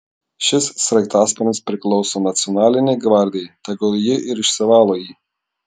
šis sraigtasparnis priklauso nacionalinei gvardijai tegul ji ir išsivalo jį